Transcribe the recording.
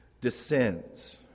descends